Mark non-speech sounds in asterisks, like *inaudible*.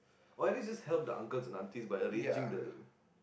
or at least *breath* help uncles and aunties by arranging the